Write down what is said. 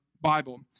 Bible